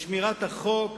לשמירת החוק,